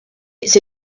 it’s